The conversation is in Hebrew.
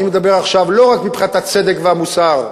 ואני מדבר עכשיו לא רק מבחינת הצדק והמוסר.